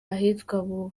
ahitwa